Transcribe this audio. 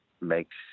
makes